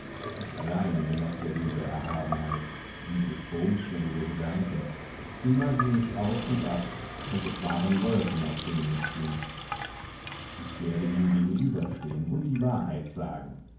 ich allein genoß ja diese erhabenheit diese stromschnelle der gedanken immer ging ich auf und ab und es waren wolken auf denen ich ging ich werde ihm gegenüberstehen und die wahrheit sagen